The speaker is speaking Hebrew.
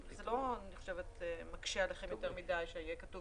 זה לא מקשה עליכם יותר מדי שיהיה כתוב